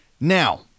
Now